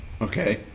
okay